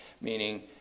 meaning